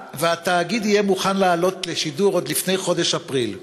התאגיד יהיה מוכן לעלות לשידור עוד לפני חודש אפריל.